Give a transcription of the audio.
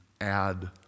add